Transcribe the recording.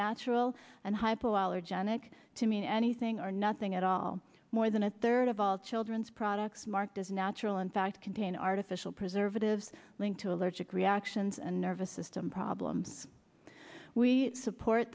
natural and hypo allergenic to mean anything or nothing at all more than a third of all children's products marked as natural in fact contain artificial preservatives linked to allergic reactions and nervous system problems we support